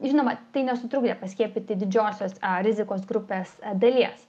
žinoma tai nesutrukdė paskiepyti didžiosios rizikos grupės dalies